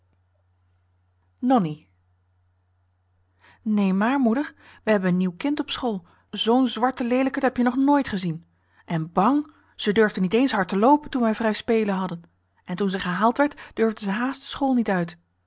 nonnie een maar moeder we hebben een nieuw kind op school zoo'n zwarte leelijkerd heb je nog nooit gezien en bang ze durfde niet eens hard te loopen toen we vrij spelen hadden en toen ze gehaald werd durfde ze haast de school niet uit